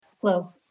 slow